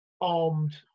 armed